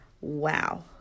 Wow